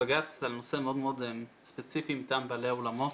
בג"צ על נושא מאוד ספציפי מטעם בעלי האולמות.